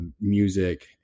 music